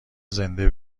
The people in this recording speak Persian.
زنده